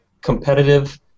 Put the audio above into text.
competitive